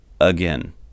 again